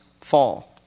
fall